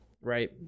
right